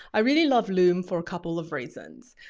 i really love loom for a couple of reasons.